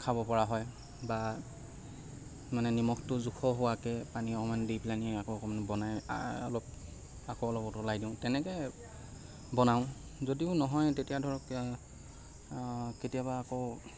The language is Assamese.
খাব পৰা হয় বা বা মানে নিমখটো জোখৰ হোৱাকৈ পানী অকণমান দি পেলানি আকৌ অকণমান বনাই অলপ আকৌ অলপ উতলাই দিওঁ তেনেকৈ বনাওঁ যদিও নহয় তেতিয়া ধৰক কেতিয়াবা আকৌ